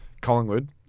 Collingwood